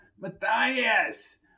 Matthias